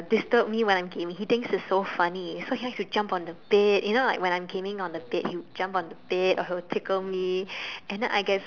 disturb me when I'm gaming he thinks it's so funny so he likes to jump on the bed you know like when I'm gaming on the bed he would jump on the bed will tickle me and then I get